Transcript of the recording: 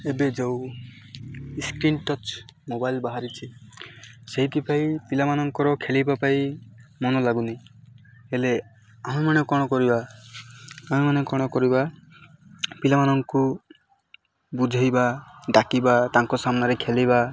ଏବେ ଯେଉଁ screen touch mobile ବାହାରିଛି ସେଇଥିପାଇଁ ପିଲାମାନଙ୍କର ଖେଳିବା ପାଇଁ ମନ ଲାଗୁନି ହେଲେ ଆମେମାନେ କ'ଣ କରିବା ଆମେମାନେ କ'ଣ କରିବା ପିଲାମାନଙ୍କୁ ବୁଝେଇବା ଡ଼ାକିବା ତାଙ୍କ ସାମ୍ନାରେ ଖେଳିବା